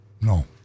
no